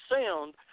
sound